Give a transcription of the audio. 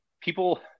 people